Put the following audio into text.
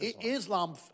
islam